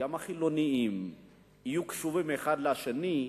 יהיו קשובים אחד לשני.